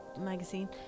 magazine